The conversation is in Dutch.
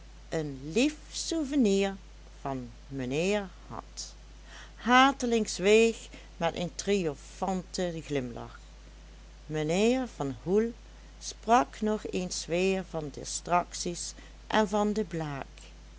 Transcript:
een lief souvenir van mijnheer had hateling zweeg met een triomfanten glimlach mijnheer van hoel sprak nog eens weer van distracties en van de blaak